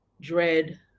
dread